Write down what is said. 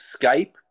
Skype